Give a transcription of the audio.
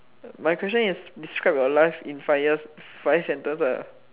my question is describe your life in five five sentence lah